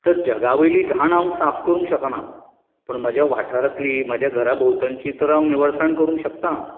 तर जगा वयली घाण हांव साफ करूंक शकाना पूण म्हज्या वाठारांतली म्हज्या घरा भोंवतणची तर हांव निवळसाण करूंक शकतां